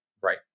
Right